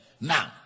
Now